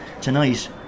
tonight